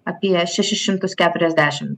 apie šešis šimtus keturiasdešim